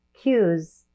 cues